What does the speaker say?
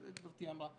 גברתי אמרה.